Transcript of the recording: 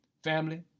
Family